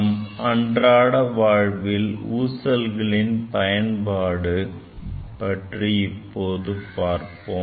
நம் அன்றாட வாழ்வில் ஊசல்களின் பயன்பாடு பற்றி இப்போது பார்ப்போம்